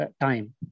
time